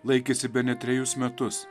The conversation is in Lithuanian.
laikėsi bene trejus metus